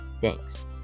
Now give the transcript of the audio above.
Thanks